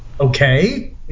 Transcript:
okay